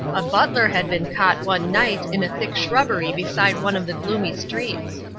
a butler had been caught one night in a thick shrubbery beside one of the gloomy streets.